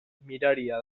miraria